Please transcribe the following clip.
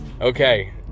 okay